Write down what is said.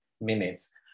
minutes